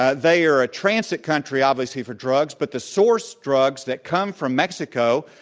ah they are a transit country obviously for drugs but the source drugs that come from mexico,